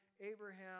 Abraham